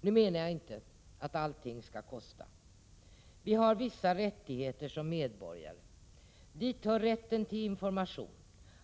Jag menar nu inte att allting skall kosta. Vi har också vissa rättigheter som medborgare. Dit hör rätten till information,